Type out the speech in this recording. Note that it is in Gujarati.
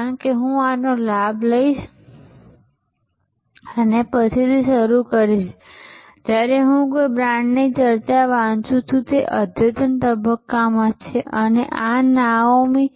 કારણ કે હું આનો લાભ પછીથી શરૂ કરીશ જ્યારે હું કોઈ બ્રાન્ડની ચર્ચા વાંચું છું તે અદ્યતન તબક્કામાં છે અને આ નાઓમી